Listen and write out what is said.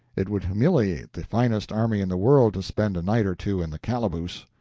it would humiliate the finest army in the world to spend a night or two in the calaboose.